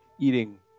eating